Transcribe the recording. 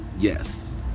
yes